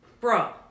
Bro